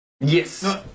Yes